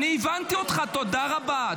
הבנתי אותך, תודה רבה.